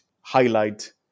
highlight